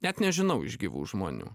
net nežinau iš gyvų žmonių